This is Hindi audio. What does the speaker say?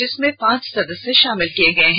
जिसमें पांच सदस्य शामिल किए गए हैं